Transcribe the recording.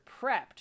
prepped